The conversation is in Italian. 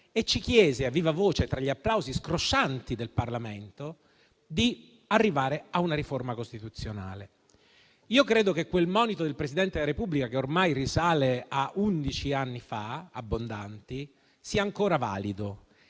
e ci chiese a viva voce, tra gli applausi scroscianti del Parlamento, di arrivare a una riforma costituzionale. Io credo che quel monito del Presidente della Repubblica, che ormai risale a più di undici anni fa, sia ancora valido